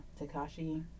Takashi